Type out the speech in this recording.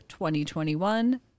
2021